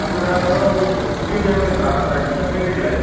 हाजिरा औ एसे जोंनिआव बाराद्राय बिथारदों देग्लाय